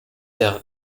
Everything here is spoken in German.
der